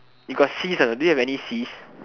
you got Cs or not do you have any Cs